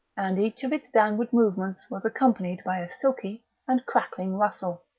and each downward movements was accompanied by a silky and crackling rustle.